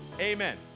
amen